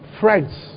Friends